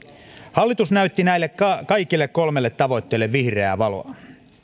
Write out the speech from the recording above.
hallitus näytti näille kaikille kolmelle tavoitteelle vihreää valoa